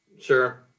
Sure